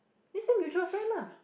just say mutual friend ah